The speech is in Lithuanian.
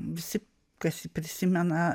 visi kas jį prisimena